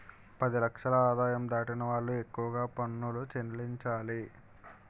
పది లక్షల ఆదాయం దాటిన వాళ్లు ఎక్కువగా పనులు చెల్లించాలి